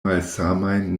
malsamajn